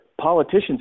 Politicians